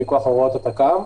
מכוח הוראות התכ"ם.